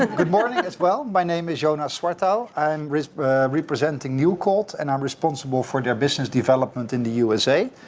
good morning as well. my name is jonah suartell. i'm representing newcold. and i'm responsible for their business development in the usa.